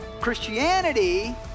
Christianity